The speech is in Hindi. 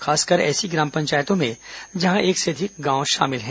खासकर ऐसी ग्राम पंचायतों में जहां एक से अधिक गांव शामिल हैं